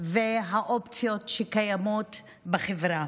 והאופציות שקיימות בחברה.